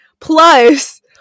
Plus